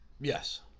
Yes